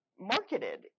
Marketed